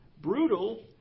brutal